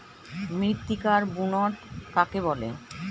মৃত্তিকার বুনট কাকে বলে?